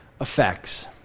effects